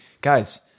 Guys